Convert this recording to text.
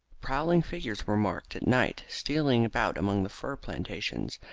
prowling figures were marked at night stealing about among the fir plantations,